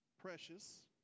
precious